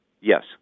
Yes